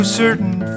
certain